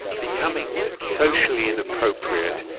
becoming socially inappropriate,